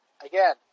Again